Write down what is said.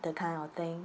that kind of thing